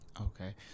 Okay